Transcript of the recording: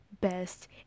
best